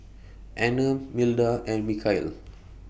Anner Milda and Michaele